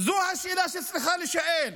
זו השאלה שצריכה להישאל.